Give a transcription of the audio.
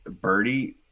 Birdie